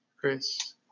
Chris